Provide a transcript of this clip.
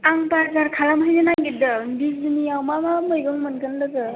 आं बाजार खालामहैनो नागिरदों बिजिनिआव मा मा मैगं मोनगोन लोगो